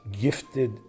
gifted